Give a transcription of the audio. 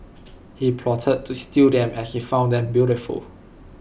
he plotted to steal them as he found them beautiful